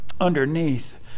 underneath